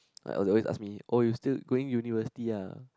like all the ways ask me oh you still going university ah